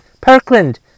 Parkland